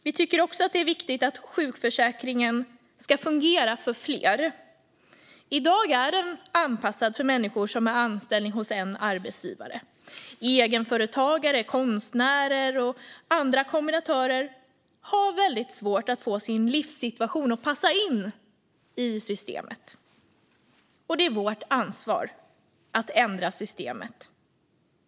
Det är också viktigt att sjukförsäkringen ska fungera för fler. I dag är den anpassad för människor som har anställning hos en arbetsgivare. Egenföretagare, konstnärer och andra har väldigt svårt att få sin livssituation att passa in systemet. Det är vårt ansvar att ändra systemet.